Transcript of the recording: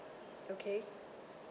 okay